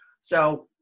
So-